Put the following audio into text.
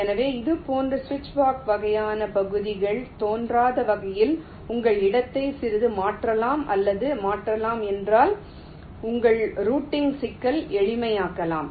எனவே இதுபோன்ற சுவிட்ச்பாக்ஸ் வகையான பகுதிகள் தோன்றாத வகையில் உங்கள் இடத்தை சிறிது மாற்றலாம் அல்லது மாற்றலாம் என்றால் உங்கள் ரூட்டிங் சிக்கல் எளிமையாகலாம்